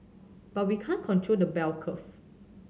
but we can't control the bell curve